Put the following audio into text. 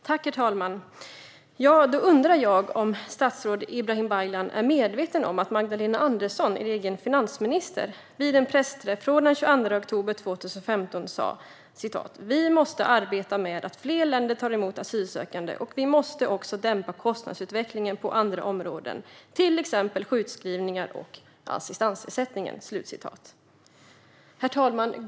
Herr talman! Då undrar jag om statsrådet Ibrahim Baylan är medveten om att Magdalena Andersson, hans egen finansminister, vid en pressträff den 22 oktober 2015 sa: Vi måste arbeta med att fler länder tar emot asylsökande. Vi måste också dämpa kostnadsutvecklingen på andra områden, till exempel sjukskrivningar och assistansersättningen. Herr talman!